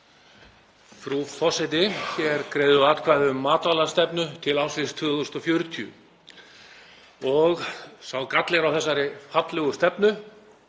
Frú forseti. Hér greiðum við atkvæði um matvælastefnu til ársins 2040. Sá galli er á þessari fallegu stefnu